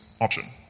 option